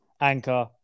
Anchor